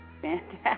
Fantastic